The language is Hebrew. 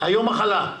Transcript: יום המחלה.